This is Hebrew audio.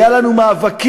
שהיו לנו מאבקים